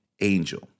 Angel